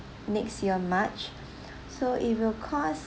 next year march so it will cost